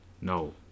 No